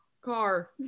car